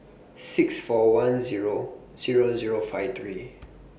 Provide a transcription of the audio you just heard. six four one Zero Zero Zero five three